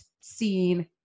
seen